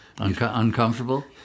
Uncomfortable